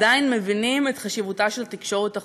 עדיין מבינים את חשיבותה של התקשורת החופשית?